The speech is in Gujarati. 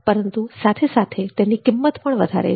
પરંતુ સાથે સાથે તેની કિંમત પણ વધારે છે